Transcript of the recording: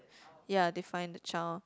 ya define the child